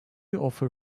offer